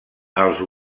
els